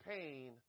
pain